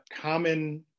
common